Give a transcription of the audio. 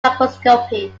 microscopy